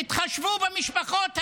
תתחשבו במשפחות האלה.